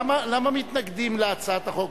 למה מתנגדים להצעת החוק?